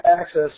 access